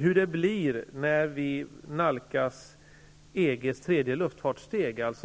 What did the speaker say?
Hur det skall bli när vi nalkas EG:s tredje luftfartssteg, dvs.